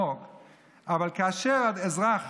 כאשר אזרח